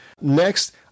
Next